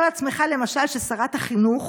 תאר לעצמך, למשל, ששרת החינוך